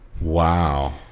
Wow